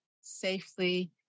safely